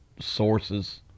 sources